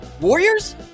Warriors